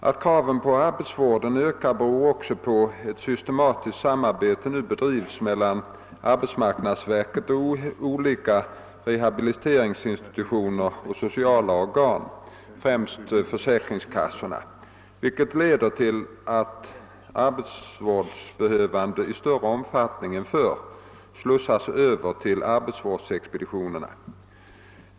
Att kraven på arhetsvård ökar beror också på att ett systematiskt samarbete nu bedrivs mellan arbetsmarknadsverket och olika rehabiliteringsinstitutioner och sociala organ, främst försäkringskassorna, vilket leder till att arbetsvårdsbehövande i större omfattning än förr slussas över till arbetsvårdsexpeditionerna.